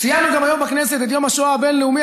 ציינו היום בכנסת גם את יום השואה הבין-לאומי.